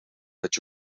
dat